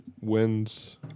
wins